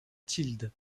tilde